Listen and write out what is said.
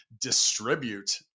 distribute